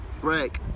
break